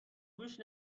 گوش